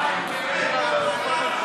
זה לא עובד.